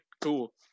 Cool